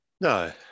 No